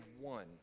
one